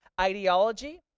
ideology